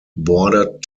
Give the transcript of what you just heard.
bordered